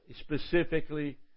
specifically